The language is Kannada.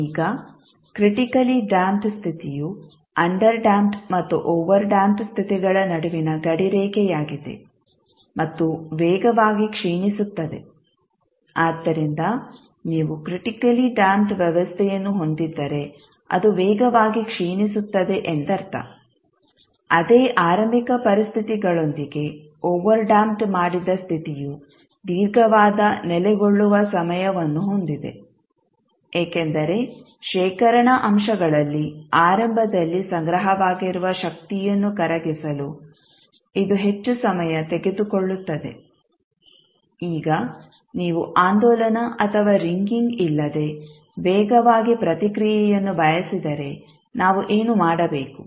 ಈಗ ಕ್ರಿಟಿಕಲಿ ಡ್ಯಾಂಪ್ಡ್ ಸ್ಥಿತಿಯು ಅಂಡರ್ ಡ್ಯಾಂಪ್ಡ್ ಮತ್ತು ಓವರ್ ಡ್ಯಾಂಪ್ಡ್ ಸ್ಥಿತಿಗಳ ನಡುವಿನ ಗಡಿರೇಖೆಯಾಗಿದೆ ಮತ್ತು ವೇಗವಾಗಿ ಕ್ಷೀಣಿಸುತ್ತದೆ ಆದ್ದರಿಂದ ನೀವು ಕ್ರಿಟಿಕಲಿ ಡ್ಯಾಂಪ್ಡ್ ವ್ಯವಸ್ಥೆಯನ್ನು ಹೊಂದಿದ್ದರೆ ಅದು ವೇಗವಾಗಿ ಕ್ಷೀಣಿಸುತ್ತದೆ ಎಂದರ್ಥ ಅದೇ ಆರಂಭಿಕ ಪರಿಸ್ಥಿತಿಗಳೊಂದಿಗೆ ಓವರ್ಡ್ಯಾಂಪ್ ಮಾಡಿದ ಸ್ಥಿತಿಯು ದೀರ್ಘವಾದ ನೆಲೆಗೊಳ್ಳುವ ಸಮಯವನ್ನು ಹೊಂದಿದೆ ಏಕೆಂದರೆ ಶೇಖರಣಾ ಅಂಶಗಳಲ್ಲಿ ಆರಂಭದಲ್ಲಿ ಸಂಗ್ರಹವಾಗಿರುವ ಶಕ್ತಿಯನ್ನು ಕರಗಿಸಲು ಇದು ಹೆಚ್ಚು ಸಮಯ ತೆಗೆದುಕೊಳ್ಳುತ್ತದೆ ಈಗ ನೀವು ಆಂದೋಲನ ಅಥವಾ ರಿಂಗಿಂಗ್ ಇಲ್ಲದೆ ವೇಗವಾಗಿ ಪ್ರತಿಕ್ರಿಯೆಯನ್ನು ಬಯಸಿದರೆ ನಾವು ಏನು ಮಾಡಬೇಕು